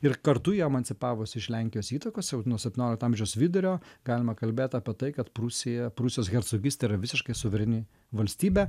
ir kartu jie emancipavos iš lenkijos įtakos jau nuo septyniolikto amžiaus vidurio galima kalbėt apie tai kad prūsija prūsijos hercogystė yra visiškai suvereni valstybė